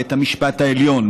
בית המשפט העליון,